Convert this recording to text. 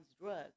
drugs